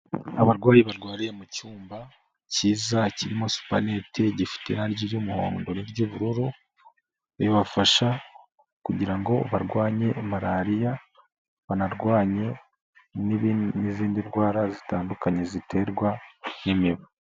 Abarwayi barwariye mu cyumba cyiza kirimo supanete gifite irangi ry'umuhondo n'iry'ubururu ribafasha kugira ngo barwanye malariya banarwanye n'izindi ndwara zitandukanye ziterwa n'imibu.